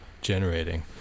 generating